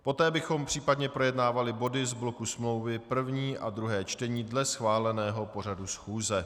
Poté bychom případně projednávali body z bloku smlouvy, první a druhé čtení dle schváleného pořadu schůze.